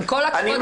עם כל הכבוד,